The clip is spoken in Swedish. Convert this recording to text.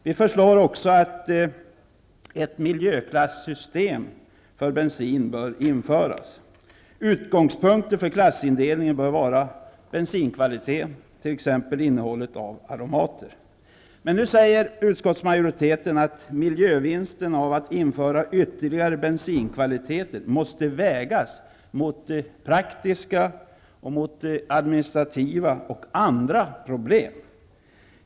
Vidare säger vi att ett miljöklassystem för bensin bör införas. Utgångspunkten för klassindelningen bör vara bensinkvaliteten, t.ex. innehållet av aromater. Utskottsmajoriteten säger att miljövinsten av att införa ytterligare bensinkvaliteter måste ''vägas mot praktiska, administrativa och andra problem''.